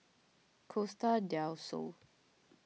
Costa del Sol